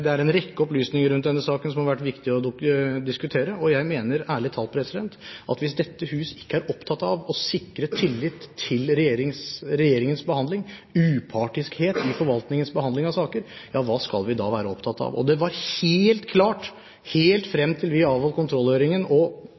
Det er en rekke opplysninger rundt denne saken som det har vært viktig å diskutere. Jeg mener ærlig talt at hvis dette hus ikke er opptatt av å sikre tillit til regjeringens behandling, upartiskhet i forvaltningens behandling av saker, ja hva skal vi da være opptatt av? Det var helt klart helt frem til vi avholdt kontrollhøringen og